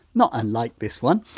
not unlike this one,